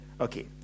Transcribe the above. okay